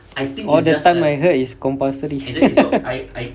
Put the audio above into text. all the time I heard is compulsory